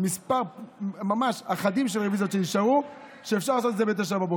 אפשר לעשות את זה ב-09:00.